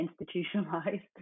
institutionalized